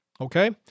Okay